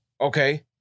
okay